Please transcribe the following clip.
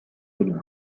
film